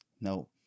no